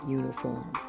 uniform